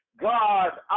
god